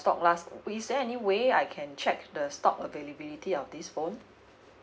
stock last is there any way I can check the stock availability of this phone